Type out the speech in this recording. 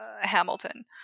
Hamilton